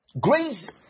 Grace